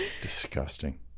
disgusting